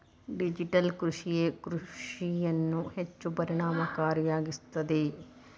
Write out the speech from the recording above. digital ಕೃಷಿಯೇ ಕೃಷಿಯನ್ನು ಹೆಚ್ಚು ಪರಿಣಾಮಕಾರಿಯಾಗಿಸುತ್ತದೆ